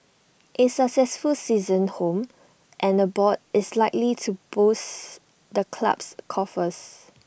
A successful season home and the abroad is likely to boost the club's coffers